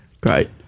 Great